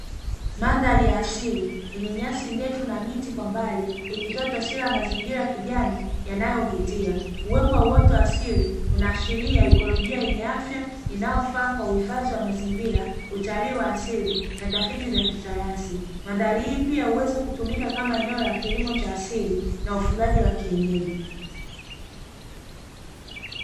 Mandhari ya asili yenye nyasi ndefu na miti kwa mbali , ikitoa taswira ya mazingira ya kijani yanayovutia , uwepo wa uoto wa asili inahashiria ikolojia inaonyesha uwepo inaofaa kwa uhifadhi wa mazingira , utalii wa asili na utafuti wa kisayansi mandhari hii pia hutumika kama kilimo cha asili na ufugaji wa kienyeji .